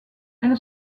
elle